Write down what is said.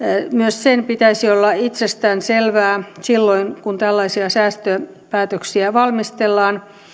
pitäisi olla itsestäänselvää silloin kun tällaisia säästöpäätöksiä valmistellaan